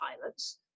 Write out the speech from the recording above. pilots